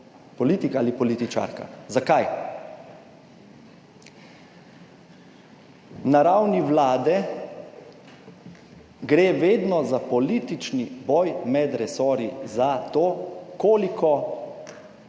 politik ali političarka. Zakaj? Na ravni Vlade gre vedno za politični boj med resorji za to, koliko